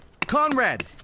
Conrad